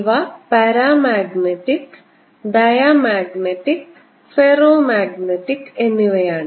ഇവ paramagnetic diamagnetic ferromagnetic എന്നിവയാണ്